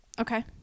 okay